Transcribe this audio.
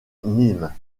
nîmes